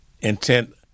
intent